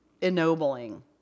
ennobling